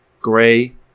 gray